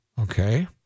Okay